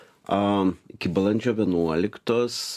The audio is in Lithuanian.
a iki balandžio vienuoliktos